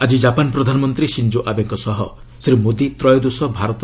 ଆଜି କାପାନ୍ ପ୍ରଧାନମନ୍ତ୍ରୀ ସିଞ୍ଜୋ ଆବେଙ୍କ ସହ ଶ୍ରୀ ମୋଦି ତ୍ରୟୋଦଶ ଭାରତ